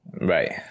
right